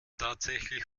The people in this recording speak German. tatsächlich